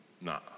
Nah